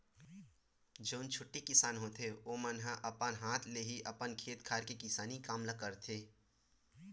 जउन छोटे किसान होथे ओमन ह अपन हाथ ले ही अपन खेत खार के किसानी काम ल करथे